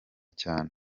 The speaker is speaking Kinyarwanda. cyane